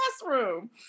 classroom